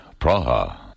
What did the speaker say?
Praha